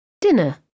Dinner